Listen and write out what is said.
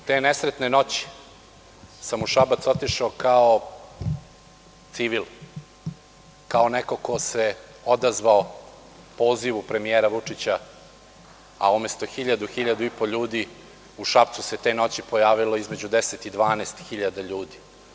Znate, te nesretne noći sam u Šabac otišao kao civil, kao neko ko se odazvao pozivu premijera Vučića, a umesto 1000, 1500 ljudi u Šapcu se te noći pojavilo između 10 i 12 hiljada ljudi.